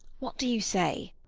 what do you say?